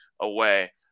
away